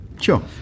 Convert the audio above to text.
sure